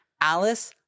Alice